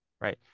right